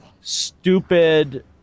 stupid